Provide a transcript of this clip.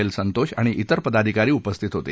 L Santosh आणि इतर पदाधिकारी उपस्थित होते